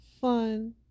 fun